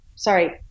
Sorry